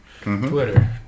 Twitter